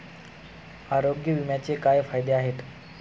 आरोग्य विम्याचे काय फायदे आहेत?